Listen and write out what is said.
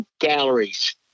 galleries